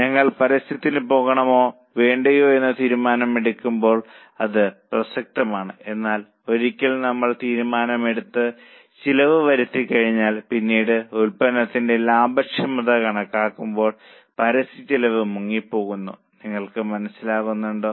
ഞങ്ങൾ പരസ്യത്തിന് പോകണോ വേണ്ടയോ എന്ന തീരുമാനം എടുക്കുമ്പോൾ അത് പ്രസക്തമാണ് എന്നാൽ ഒരിക്കൽ നമ്മൾ തീരുമാനമെടുത്ത് ചിലവ് വരുത്തിക്കഴിഞ്ഞാൽ പിന്നീട് ഉൽപ്പന്നത്തിന്റെ ലാഭക്ഷമത കണക്കാക്കുമ്പോൾ പരസ്യച്ചെലവ് മുങ്ങിപ്പോകുന്നു നിങ്ങൾക്ക് മനസിലാകുന്നുണ്ടോ